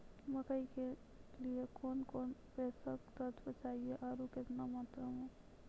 मकई के लिए कौन कौन पोसक तत्व चाहिए आरु केतना मात्रा मे?